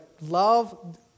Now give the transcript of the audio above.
love